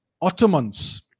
Ottomans